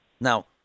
Now